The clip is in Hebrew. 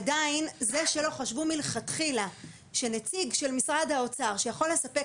עדיין זה שלא חשבו מלכתחילה שנציג של משרד האוצר שיכול לספק